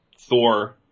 Thor